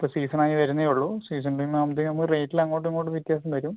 ഇപ്പം സീസൺ ആയി വരുന്നതേ ഉള്ളൂ സീസൺ ടൈം ആകുമ്പോഴത്തേക്കും റേറ്റിൽ അങ്ങോട്ടും ഇങ്ങോട്ടും വ്യത്യാസം വരും